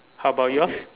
how bout yours